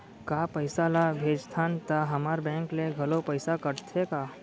का पइसा ला भेजथन त हमर बैंक ले घलो पइसा कटथे का?